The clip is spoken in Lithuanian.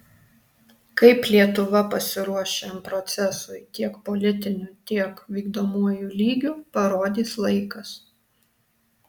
kaip lietuva pasiruoš šiam procesui tiek politiniu tiek vykdomuoju lygiu parodys laikas